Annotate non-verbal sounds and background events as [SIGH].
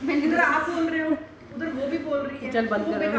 [UNINTELLIGIBLE]